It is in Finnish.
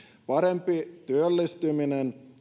parempi työllistyminen